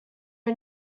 are